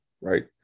Right